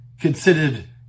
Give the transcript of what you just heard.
considered